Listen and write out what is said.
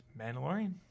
Mandalorian